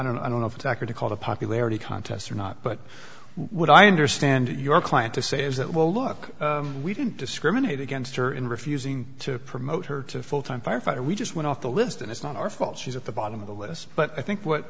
don't i don't know if attacker to call the popularity contest or not but what i understand your client to say is that well look we didn't discriminate against her in refusing to promote her to full time firefighter we just went off the list and it's not our fault she's at the bottom of the list but i think what